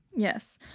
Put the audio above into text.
yes.